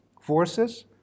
forces